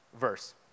verse